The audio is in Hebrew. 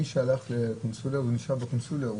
מי שהלך לקונסוליה, נשאר בקונסוליה.